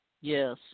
Yes